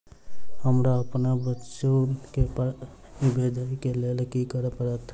हमरा अप्पन बुची केँ पाई भेजइ केँ लेल की करऽ पड़त?